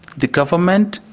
the government,